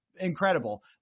incredible